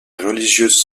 religieuses